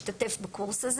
פרישה.